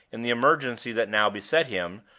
in the emergency that now beset him,